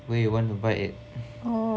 where you want to buy it